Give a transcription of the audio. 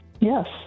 Yes